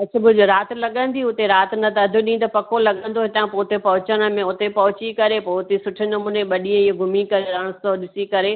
कच्छ भुज राति लॻंदी उते राति न त अधु ॾींहुं त पको लॻंदो हितां हुते पहुचण में हुते पहुची करे पोइ हुते सुठे नमूने ॿ ॾींहं घुमी करे रणोत्सव ॾिसी करे